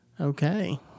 Okay